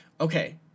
okay